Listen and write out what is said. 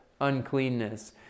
uncleanness